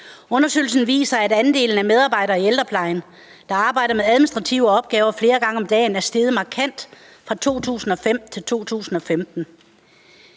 Undersøgelsen viser, at andelen af medarbejdere i ældreplejen, der arbejder med administrative opgaver flere gange om dagen, er steget markant fra 2005 til 2015.